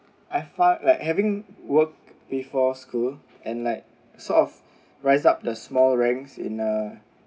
I felt like having work before school and like sort of rise up the small ranks in a